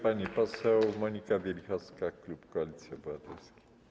Pani poseł Monika Wielichowska, klub Koalicji Obywatelskiej.